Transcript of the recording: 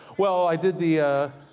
well i did the,